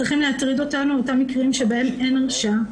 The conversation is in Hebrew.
צריכים להטריד אותנו אותם מקרים שבהם אין הרשעה.